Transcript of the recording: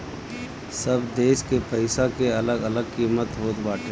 सब देस के पईसा के अलग अलग किमत होत बाटे